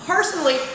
personally